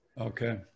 Okay